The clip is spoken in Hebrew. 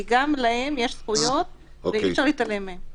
גם להם יש זכויות ואי אפשר להתעלם מהן.